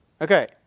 Okay